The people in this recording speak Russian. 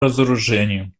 разоружению